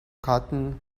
cotton